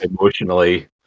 emotionally